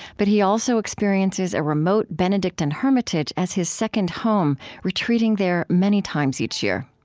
but he also experiences a remote benedictine hermitage as his second home, retreating there many times each year.